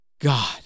God